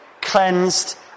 cleansed